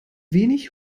wenig